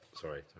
Sorry